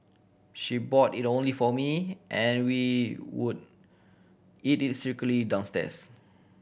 she bought it only for me and we would eat it secretly downstairs